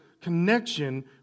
connection